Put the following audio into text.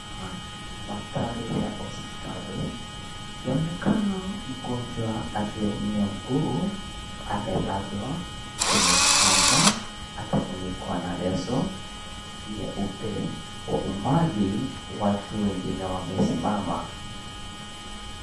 Mandari ya hospitali. Yaonekana mgonjwa aliyeumia mguu, amelazwa kwenye kitanda, akifunikwa na leso nyeupe. Kwa umbali, watu wengine wamesimama.